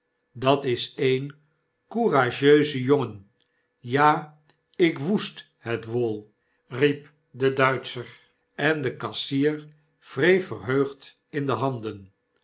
dat is een koerasjeuze jongen j a ik woest het wool riep de duitscher en de kassier wreef verheugd in de handen